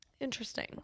Interesting